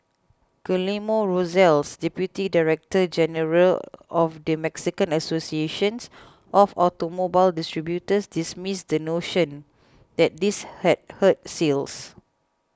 Guillermo Rosales Deputy Director General of the Mexican associations of Automobile Distributors dismissed the notion that this had hurt sales